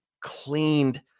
cleaned